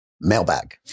Mailbag